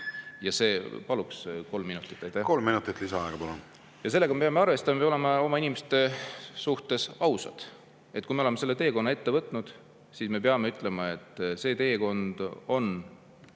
odav. Palun kolm minutit veel. Kolm minutit lisaaega, palun! Sellega me peame arvestama. Me peame olema oma inimeste suhtes ausad. Kui me oleme selle teekonna ette võtnud, siis me peame ütlema, et see teekond on